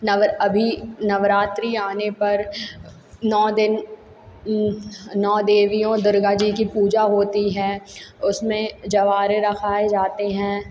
अभी नवरात्रि आने पर नौ दिन नौ देवियों दुर्गा जी की पूजा होती है उसमें जवारे रखाए जाते हैं